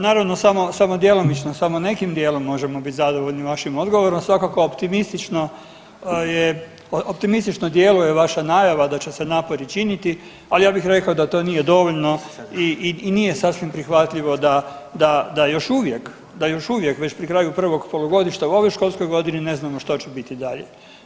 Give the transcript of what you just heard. Naravno samo djelomično samo nekim dijelom možemo biti zadovoljni vašim odgovorom, svakako optimistično djeluje vaša najava da će se napori činiti, ali ja bih rekao da to nije dovoljno i nije sasvim prihvatljivo da još uvijek, da još uvijek već pri kraju prvog polugodišta u ovoj školskoj godini ne znamo što će biti dalje.